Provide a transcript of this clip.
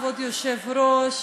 כבוד היושב-ראש,